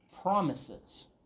promises